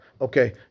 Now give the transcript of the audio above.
Okay